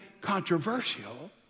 controversial